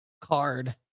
Card